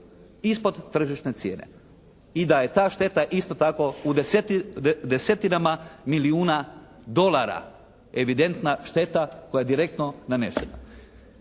ispod tržišne cijene i da je ta šteta isto tako u desetinama milijuna dolara evidentna šteta koja je direktno nanesena.